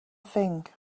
thing